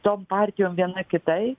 tom partijom viena kitai